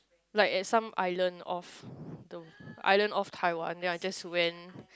like at some island of the island of Taiwan then I just went